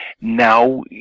Now